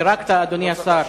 אדוני השר,